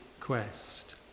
quest